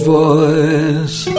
voice